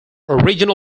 original